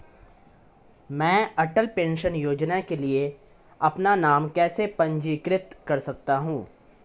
मैं अटल पेंशन योजना के लिए अपना नाम कैसे पंजीकृत कर सकता हूं?